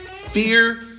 Fear